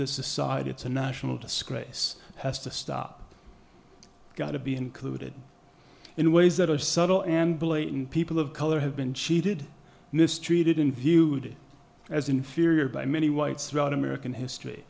the society it's a national disgrace has to stop got to be included in ways that are subtle and blatant people of color have been cheated mistreated in viewed as inferior by many whites throughout american history